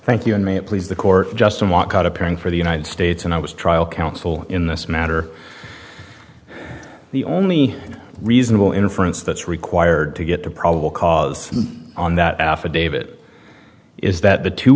thank you and may it please the court just walk out appearing for the united states and i was trial counsel in this matter the only reasonable inference that's required to get to probable cause on that affidavit is that the two